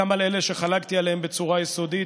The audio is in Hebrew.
גם אלה שחלקתי עליהם בצורה יסודית,